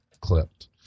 clipped